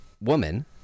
woman